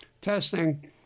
testing